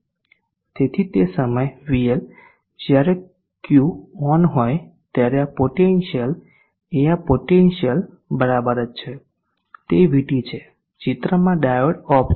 તેથી તે સમયે VL જ્યારે Q ઓન હોય ત્યારે આ પોટેન્શીયલ એ આ પોટેન્શીયલ બરાબર જ છે તે VT છે ચિત્રમાં ડાયોડ ઓફ છે